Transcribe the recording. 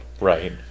Right